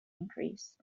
increase